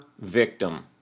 victim